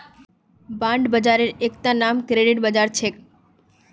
bond बाजारेर एकता नाम क्रेडिट बाजार छेक